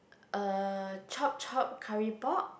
uh chop chop curry pok